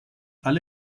alle